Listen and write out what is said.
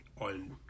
on